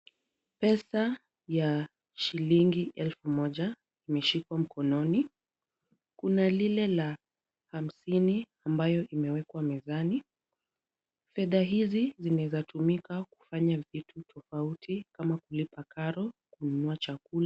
Pesa ya shilingi elfu moja imeshikwa mkononi. Kuna lile la hamsini ambayo imewekwa mezani. Fedha hizi zinaeza tumika kufanya vitu tofauti kama kulipa karo, kununua chakula.